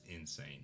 insane